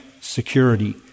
security